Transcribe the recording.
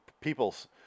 peoples